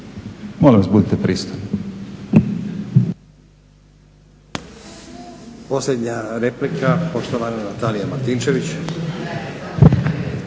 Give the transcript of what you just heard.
Molim vas budite pristojni.